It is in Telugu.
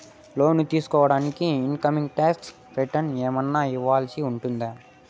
లోను తీసుకోడానికి ఇన్ కమ్ టాక్స్ రిటర్న్స్ ఏమన్నా ఇవ్వాల్సి ఉంటుందా